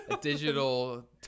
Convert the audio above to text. digital